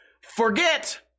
forget